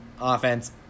Offense